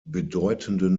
bedeutenden